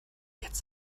jetzt